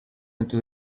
into